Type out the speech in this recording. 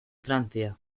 francia